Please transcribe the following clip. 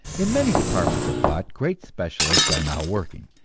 in many departments of thought great specialists are now working,